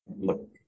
look